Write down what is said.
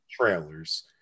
trailers